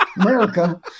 America